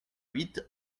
huit